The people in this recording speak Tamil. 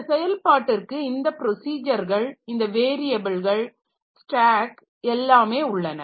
இந்த செயல்பாட்டிற்கு இந்த ப்ரொசிஜர்கள் இந்த வேரியபில்கள் ஸ்டேக் எல்லாமே உள்ளன